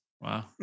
Wow